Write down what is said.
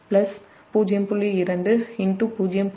20